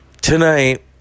Tonight